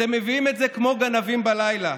אתם מביאים את זה כמו גנבים בלילה,